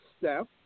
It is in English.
step